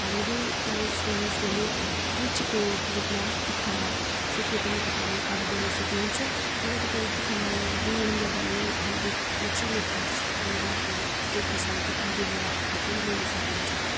हामीले प्रायःजस्तो युज गर्ने मिर्चीको रूपमा तिखालाल सो त्यो पनि तपाईँहरूले एड गर्नु सक्नुहुन्छ अगर तपाईँले तिखालाल लिनुहुन्न भने हामीले चिल्ली फ्लेक्स रातो सुकेको खोर्सानी त्यो पिँधेर राखेको त्यो पनि लिनु सक्नुहुन्छ